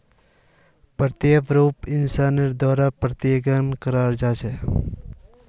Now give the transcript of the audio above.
प्रत्यक्ष रूप स फंडिंगक संस्था या इंसानेर द्वारे प्रदत्त कराल जबा सख छेक